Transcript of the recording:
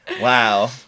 Wow